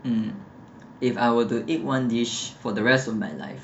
mm if I were to eat one dish for the rest of my life